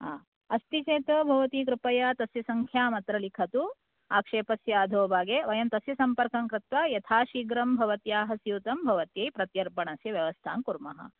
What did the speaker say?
अस्ति चेत् भवति कृपया तस्य सङ्ख्याम् अत्र लिखतु आक्षेपस्य अधोभागे वयं तस्य सम्पर्कं कृत्वा यथा शीघ्रं भवत्याः स्यूतं भवत्यै प्रत्यर्पणस्य व्यवस्थां कुर्मः